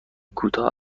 کوتاه